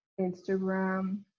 Instagram